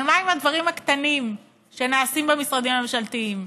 אבל מה עם הדברים הקטנים שנעשים במשרדים הממשלתיים?